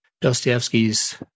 Dostoevsky's